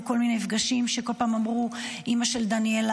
כל מיני מפגשים שבהם כל פעם אמרו: אימא של דניאלה,